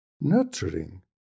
nurturing